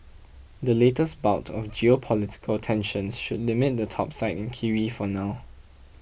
the latest bout of geopolitical tensions should limit the topside in kiwi for now